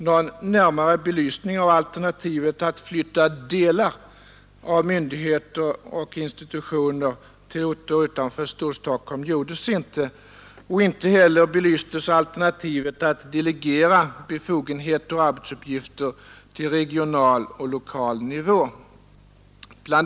Någon närmare belysning av alternativet att flytta delar av myndigheter och institutioner till orter utanför Storstockholm gjordes inte. Inte heller belystes alternativet att delegera befogenheter och arbetsuppgifter till regional och lokal nivå, Bl.